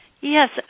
Yes